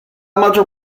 maggior